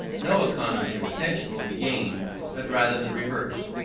no economy of attention will be gained but rather the reverse.